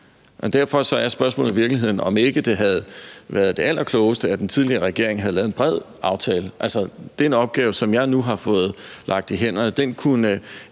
og derfor er spørgsmålet i virkeligheden, om ikke det havde været det allerklogeste, at den tidligere regering havde lavet en bred aftale. Den opgave, som jeg nu har fået lagt i hænderne, kunne